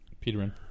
Peterman